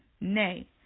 Nay